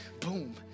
boom